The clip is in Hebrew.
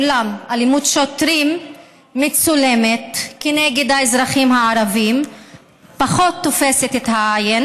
אולם אלימות שוטרים מצולמת נגד אזרחים ערבים פחות תופסת את העין.